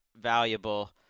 valuable